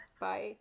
Bye